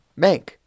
Mank